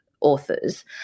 authors